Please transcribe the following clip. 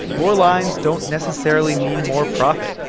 more lines don't necessarily mean more profit.